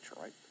right